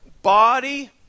Body